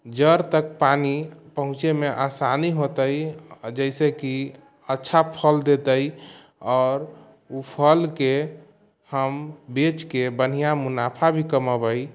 जड़ि तक पानी पहुँचैमे आसानी होतै आओर जइसेकि अच्छा फल देतै आओर ओ फलके हम बेचके बढ़िआँ मुनाफा भी कमेबै